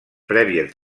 prèvies